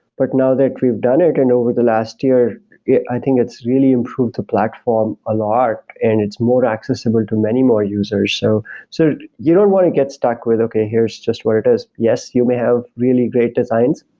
but now that we've done it and over the last year i think it's really improved the platform a lot and it's more accessible to many more users. so so you don't want to get stuck with, okay. here's just where it is. yes, you may have really great designs.